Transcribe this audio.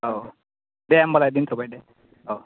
औ दे होनबालाय दोन्थ'बाय दे अ देह